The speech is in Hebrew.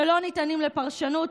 שלא ניתנים לפרשנות,